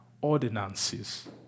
ordinances